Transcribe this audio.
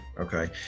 Okay